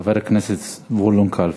חבר הכנסת זבולון קלפה.